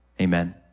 amen